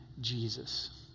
Jesus